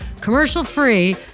commercial-free